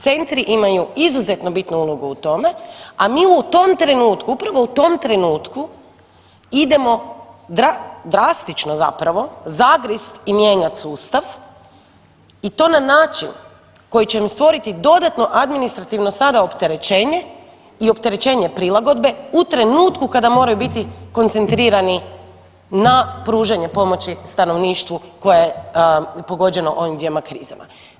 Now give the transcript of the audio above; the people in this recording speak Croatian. Centri imaju izuzetno bitnu ulogu u tome, a mi u tom trenutku, upravo u tom trenutku idemo drastično zapravo zagrist i mijenjat sustav i to na način koji će im stvoriti dodatno administrativno sada opterećenje i opterećenje prilagodbe u trenutku kada moraju biti koncentrirani na pružanje pomoći stanovništvu koje je pogođeno ovim dvjema krizama.